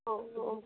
ହଉ ହଉ